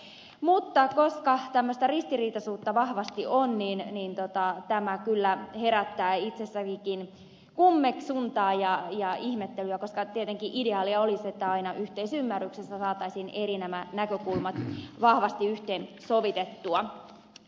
mutta koska tämmöistä ristiriitaisuutta vahvasti on niin tämä kyllä herättää itsessänikin kummeksuntaa ja ihmettelyä koska tietenkin ideaalia olisi että aina yhteisymmärryksessä saataisiin eri näkökulmat vahvasti yhteensovitettua